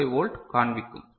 25 volt காண்பிக்கும்